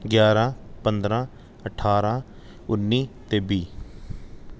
ਗਿਆਰ੍ਹਾਂ ਪੰਦਰ੍ਹਾਂ ਅਠਾਰ੍ਹਾਂ ਉੱਨੀ ਅਤੇ ਵੀਹ